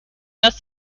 das